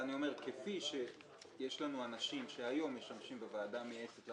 אני אומר שכפי שיש לנו אנשים שהיום משמשים בוועדה המייעצת,